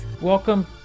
Welcome